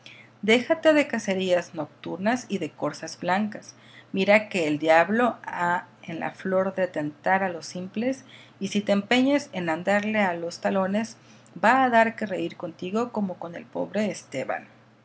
déjate de cacerías nocturnas y de corzas blancas mira que el diablo ha en la flor de tentar a los simples y si te empeñas en andarle a los talones va a dar que reír contigo como con el pobre esteban